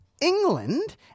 England